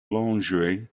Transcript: lingerie